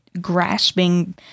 grasping